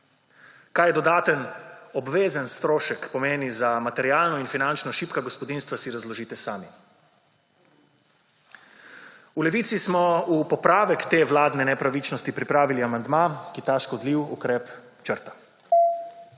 Kaj dodaten obvezen strošek pomeni za materialno in finančno šibko gospodinjstva, si razložite sami. V Levici smo v popravek te vladne nepravičnosti pripravili amandma, ki ta škodljiv ukrep črta.